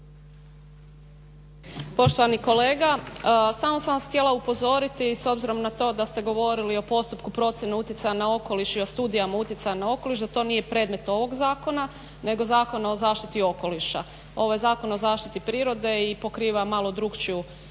Poštovani kolega, samo sam vas htjela upozoriti s obzirom na to da ste govorili o postupku procjene utjecaja na okoliš i o Studijama utjecaja na okoliš da to nije predmet ovog zakona, nego Zakona o zaštiti okoliša. Ovo je Zakon o zaštiti prirode i pokriva malo drukčiju